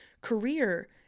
career